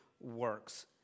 works